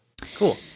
Cool